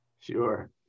Sure